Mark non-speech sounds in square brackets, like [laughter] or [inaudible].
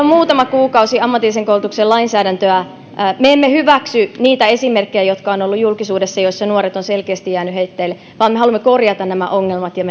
[unintelligible] muutama kuukausi ammatillisen koulutuksen lainsäädäntöä me emme hyväksy niitä esimerkkejä joita on ollut julkisuudessa joissa nuoret ovat selkeästi jääneet heitteille vaan me haluamme korjata nämä ongelmat ja [unintelligible]